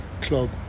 club